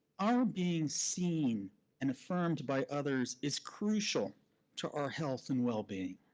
our being seen and affirmed by others is crucial to our health and wellbeing,